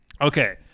Okay